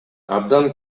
абдан